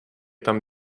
tam